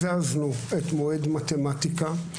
הזזנו את מועד מתמטיקה,